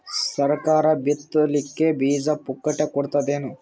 ಸರಕಾರ ಬಿತ್ ಲಿಕ್ಕೆ ಬೀಜ ಪುಕ್ಕಟೆ ಕೊಡತದೇನು?